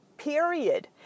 period